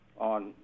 on